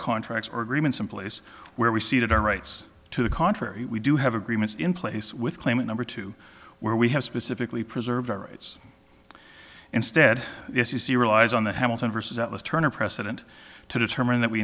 contracts or agreements in place where we ceded our rights to the contrary we do have agreements in place with claimant number two where we have specifically preserved our rights instead if you see relies on the hamilton versus atlas turner precedent to determine that we